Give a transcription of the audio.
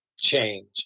change